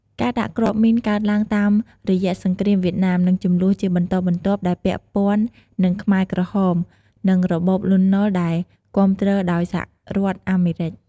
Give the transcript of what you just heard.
ការដាក់គ្រាប់មីនកើតឡើងតាមរយៈសង្គ្រាមវៀតណាម និងជម្លោះជាបន្តបន្ទាប់ដែលពាក់ព័ន្ធនឹងខ្មែរក្រហម និងរបបលន់នល់ដែលគាំទ្រ ដោយសហរដ្ឋអាមេរិក។